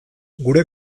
gure